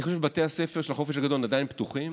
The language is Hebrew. אני חושב שבתי הספר של החופש הגדול עדיין פתוחים,